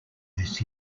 this